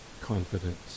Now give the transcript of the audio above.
confidence